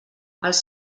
els